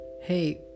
Hey